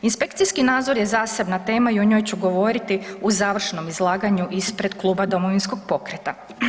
Inspekcijski nadzor je zasebna tema i o njoj ću govoriti u završnom izlaganju ispred Kluba Domovinskog pokreta.